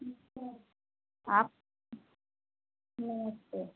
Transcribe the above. ठीक है आप नमस्ते